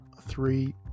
three